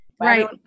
Right